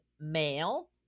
male